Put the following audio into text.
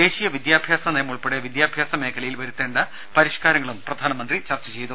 ദേശീയ വിദ്യാഭ്യാസ നയം ഉൾപ്പെടെ വിദ്യാഭ്യാസ മേഖലയിൽ വരുത്തേണ്ട പരിഷ്കാരങ്ങളും പ്രധാനമന്ത്രി ചർച്ച ചെയ്തു